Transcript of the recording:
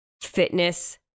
fitness